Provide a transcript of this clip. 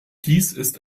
dies